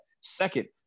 Second